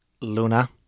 Luna